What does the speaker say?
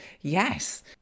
Yes